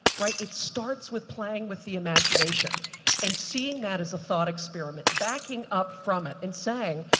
right? it starts with playing with the imagination and seeing that is a thought experiment backing up from it and saying,